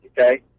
okay